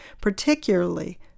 particularly